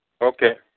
Okay